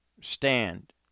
stand